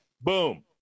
boom